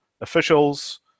officials